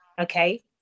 okay